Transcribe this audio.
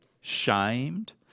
shamed